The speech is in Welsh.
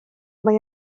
mae